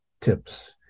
tips